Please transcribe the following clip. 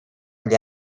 agli